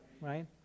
Right